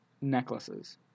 necklaces